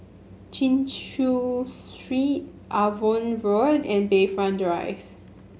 Chin Chew Street Avon Road and Bayfront Drive